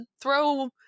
throw